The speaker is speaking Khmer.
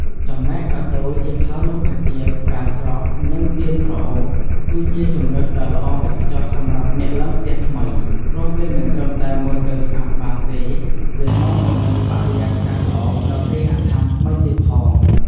ចំណែកកាដូរជា ផើងរុក្ខជាតិ ផ្កាស្រស់ និង ទៀនក្រអូប គឺជាជម្រើសដ៏ល្អឥតខ្ចោះសម្រាប់អ្នកឡើងផ្ទះថ្មី ព្រោះវាមិនត្រឹមតែមើលទៅស្អាតបាតទេ វានាំមកនូវបរិយាកាសល្អដល់គេហដ្ឋានថ្មីទៀតផង។